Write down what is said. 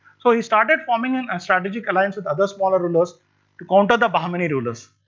so he started forming and a strategic alliance with other smaller rulers to counter the bahmani rulers.